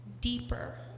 deeper